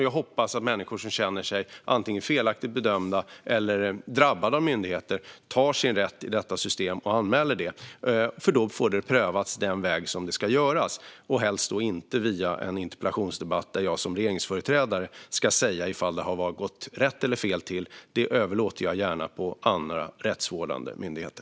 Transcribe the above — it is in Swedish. Jag hoppas att människor som känner sig felaktigt bedömda eller drabbade av myndigheter utnyttjar sin rätt i systemet att anmäla det, för då får det prövas som det ska i stället för att det ska ske i en interpellationsdebatt där jag som regeringsföreträdare ska säga om det har gått rätt till eller inte. Det överlåter jag gärna åt andra rättsvårdande myndigheter.